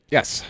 Yes